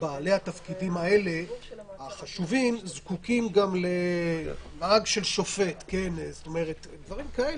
בעלי התפקידים החשובים האלה זקוקים גם לנהג של שופט ודברים כאלה.